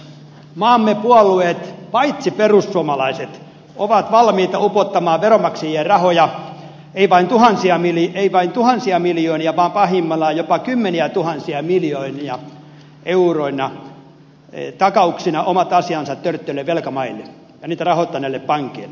maamme puolueet paitsi perussuomalaiset ovat valmiita upottamaan veronmaksajien rahoja ei vain tuhansia miljoonia vaan pahimmillaan jopa kymmeniätuhansia miljoonia euroina takauksina omat asiansa törttöilleille velkamaille ja niitä rahoittaneille pankeille